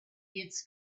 its